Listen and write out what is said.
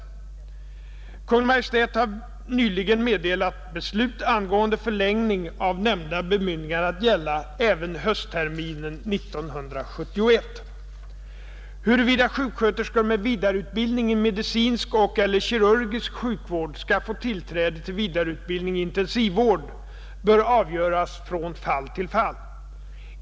Kungl. Maj:t har nyligen meddelat beslut angående förlängning av nämnda bemyndigande att gälla även höstterminen 1971. Huruvida sjuksköterskor med vidareutbildning i medicinsk och/eller kirurgisk sjukvård skall få tillträde till vidareutbildning i intensivvård bör avgöras från fall till fall.